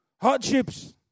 hardships